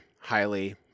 Highly